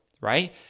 right